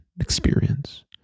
experience